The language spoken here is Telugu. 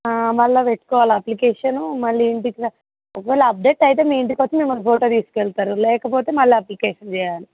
మళ్ళీ పెట్టుకోవాలి అప్లికేషను మళ్ళీ ఇంటికి ఒకవేళ్ళ అప్డేట్ అయితే మీ ఇంటికోచ్చి మీ ఫోటో తీసుకెళ్తారు లేకపోతే మళ్ళీ అప్లికేషన్ చేయాలి